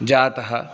जातः